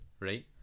right